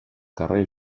carrer